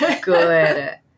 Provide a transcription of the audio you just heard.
good